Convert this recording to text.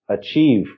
achieve